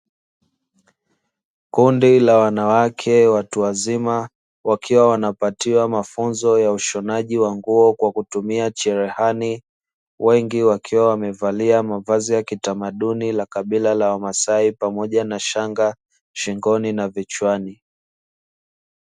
Kundi la wanawake watu wazima wakiwa wanapatiwa mafunzo ya ushonaji wa nguo kwa kutumia cherehani, wengi wakiwa wamevalia mavazi ya kitamaduni la kabila la wamasai pamoja na shanga shingoni na vichwani.